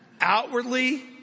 Outwardly